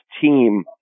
team